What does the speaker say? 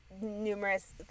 numerous